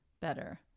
better